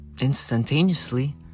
instantaneously